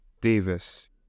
Davis